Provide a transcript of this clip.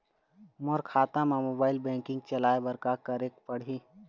मोर खाता मा mobile banking चलाए बर का करेक पड़ही?